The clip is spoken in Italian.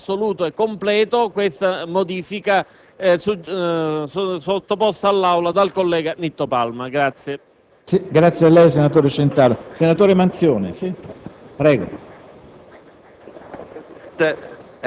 sosteniamo, in modo assoluto e completo, la modifica sottoposta all'Aula dal collega Nitto Palma.